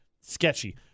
Sketchy